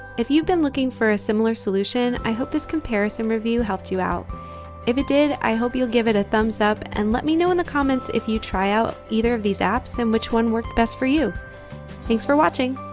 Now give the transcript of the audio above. if you've been looking for a similar solution, i hope this comparison review helped you out if it did i hope you'll give it a thumbs up and let me know in the comments if you try out either of these apps and which one works best for you thanks for watching!